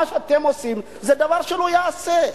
מה שאתם עושים זה דבר שלא ייעשה.